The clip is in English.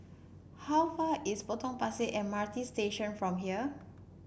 how far is Potong Pasir M R T Station from here